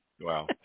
Wow